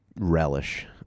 relish